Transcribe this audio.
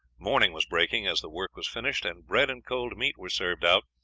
morning was breaking as the work was finished, and bread and cold meat were served out,